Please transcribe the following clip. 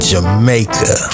Jamaica